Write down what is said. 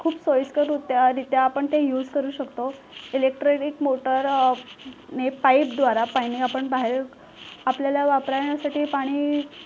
खूप सोयीस्कररुत्या रीत्या आपण ते युज करू शकतो इलेक्ट्रिविक मोटार ने पाइपद्वारा पाणी आपण बाहेर आपल्याला वापरण्यासाठी पाणी